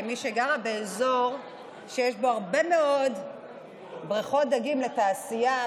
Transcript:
כמי שגרה באזור שיש בו הרבה מאוד בריכות דגים לתעשייה,